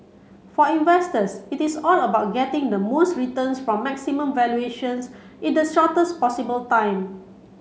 for investors it is all about getting the most returns from maximum valuations in the shortest possible time